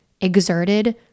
exerted